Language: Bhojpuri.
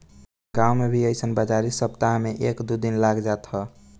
गांव में भी अइसन बाजारी सप्ताह में एक दू दिन लाग जात ह